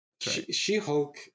She-Hulk